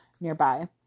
nearby